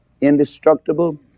indestructible